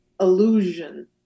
illusion